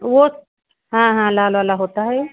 वो हाँ हाँ लाल वाला होता है